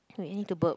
wait I need to burp